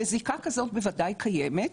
וזיקה כזאת בוודאי קיימת.